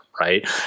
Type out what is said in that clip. right